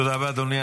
תודה רבה, אדוני.